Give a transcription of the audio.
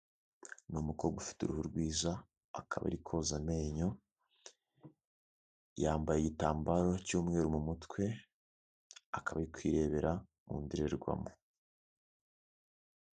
Ni umukobwa ufite uruhu rwiza akaba ari koza amenyo, yambaye igitambaro cy'umweru mu mutwe akaba ari kwirebera mu ndorerwamo.